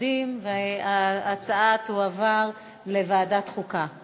מצביעים, לוועדת חוקה.